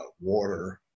water